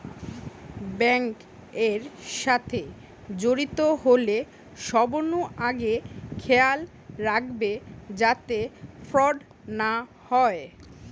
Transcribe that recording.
bank এর সাথে জড়িত হলে সবনু আগে খেয়াল রাখবে যাতে ফ্রড না হয়